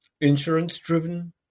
insurance-driven